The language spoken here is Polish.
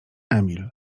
emil